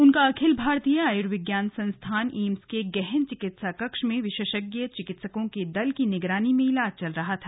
उनका अखिल भारतीय आयुर्विज्ञान संस्थान एम्स के गहन चिकित्सा कक्ष में विशेषज्ञ चिकित्सकों के दल की निगरानी में इलाज चल रहा था